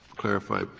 clarify,